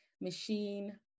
machine